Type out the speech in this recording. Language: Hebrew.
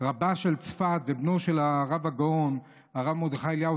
רבה של צפת ובנו של הרב הגאון הרב מרדכי אליהו,